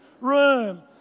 room